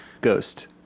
Ghost